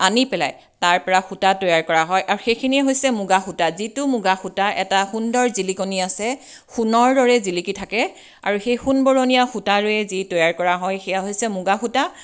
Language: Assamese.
আনি পেলাই তাৰপৰা সূতা তৈয়াৰ কৰা হয় আৰু সেইখিনিয়ে হৈছে মুগাসূতা যিটো মুগাসূতা এটা সুন্দৰ জিলিকনি আছে সোণৰ দৰে জিলিকি থাকে আৰু সেই সোণ বৰণীয়া সূতাৰে যি তৈয়াৰ কৰা হয় সেয়া হৈছে মুগাসূতা